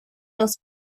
los